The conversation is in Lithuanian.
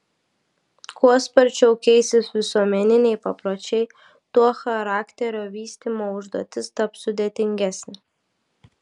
kuo sparčiau keisis visuomeniniai papročiai tuo charakterio vystymo užduotis taps sudėtingesnė